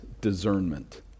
discernment